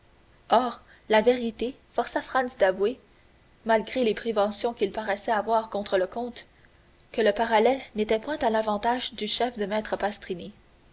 or la vérité força franz d'avouer malgré les préventions qu'il paraissait avoir contre le comte que le parallèle n'était point à l'avantage du chef de maître pastrini